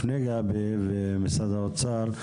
לפני גבי ולפני משרד האוצר,